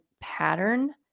pattern